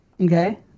Okay